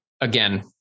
Again